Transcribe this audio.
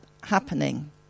happening